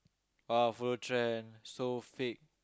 hover trend so fake